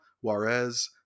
Juarez